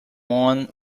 one